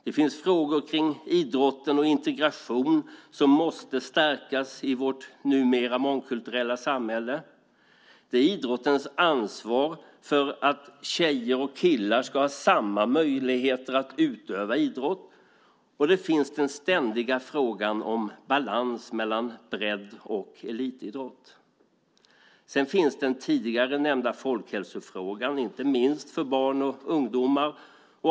Det finns frågor kring idrott och integration som måste stärkas i vårt numera mångkulturella samhälle. Vi har frågan om idrottens ansvar för att tjejer och killar ska ha samma möjligheter att utöva idrott. Vi har den ständiga frågan om balans mellan bredd och elitidrott. Vi har den tidigare nämnda folkhälsofrågan, inte minst för barn och ungdomar.